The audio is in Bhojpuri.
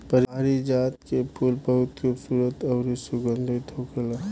पारिजात के फूल बहुत खुबसूरत अउरी सुगंधित होखेला